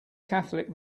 catholic